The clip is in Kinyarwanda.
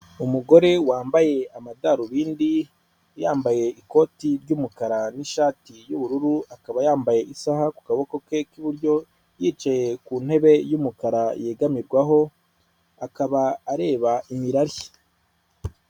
Umugore wambaye amadarubindi, yambaye ikoti ry'umukara n'ishati y'ubururu, akaba yambaye isaha ku kaboko ke k'iburyo yicaye ku ntebe y'umukara yegamirwaho, akaba areba imirari.